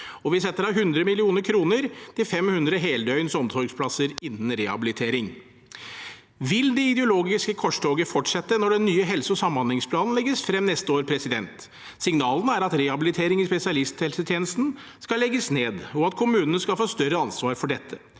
Vi setter av 100 mill. kr kroner til 500 heldøgns omsorgsplasser innen rehabilitering. Vil det ideologiske korstoget fortsette når den nye helse- og samhandlingsplanen legges frem neste år? Signalene er at rehabilitering i spesialisthelsetjenesten skal legges ned, og at kommunene skal få større ansvar for dette.